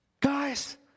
Guys